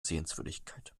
sehenswürdigkeit